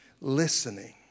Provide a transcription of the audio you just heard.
Listening